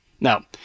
Now